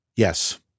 Yes